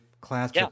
class